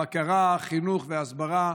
בקרה, חינוך והסברה